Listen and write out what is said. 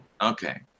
Okay